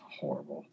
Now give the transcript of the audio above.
horrible